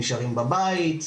נשארים בבית,